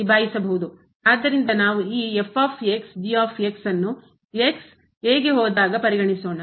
ಆದ್ದರಿಂದ ನಾವು ಈ ನ್ನು ಹೋದಾಗ ಪರಿಗಣಿಸೋಣ